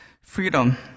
freedom